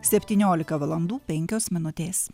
septyniolika valandų penkios minutės